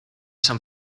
san